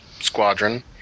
squadron